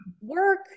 work